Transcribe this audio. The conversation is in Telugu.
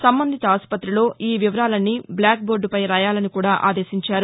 సంబంధిత ఆస్పతిలో ఈ వివరలన్నీ బ్లాక్బోర్డపై రాయాలని కూడా ఆదేశించారు